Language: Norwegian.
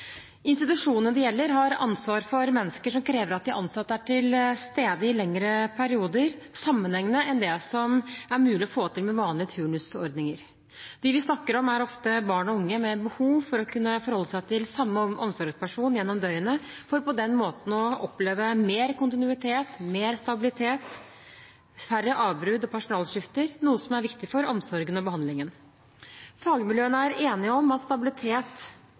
Institusjonene det gjelder, har ansvar for mennesker som krever at de ansatte er til stede i lengre sammenhengende perioder enn det som er mulig å få til med vanlige turnusordninger. Dem vi snakker om, er ofte barn og unge med behov for å kunne forholde seg til samme omsorgsperson gjennom døgnet, for på den måten å oppleve mer kontinuitet, mer stabilitet og færre avbrudd og personalskifter – noe som er viktig for omsorgen og behandlingen. Fagmiljøene er enige om at stabilitet,